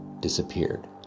disappeared